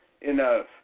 enough